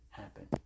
happen